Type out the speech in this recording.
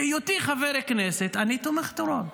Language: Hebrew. בהיותי חבר כנסת, שאני תומך טרור,